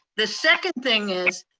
the second thing is,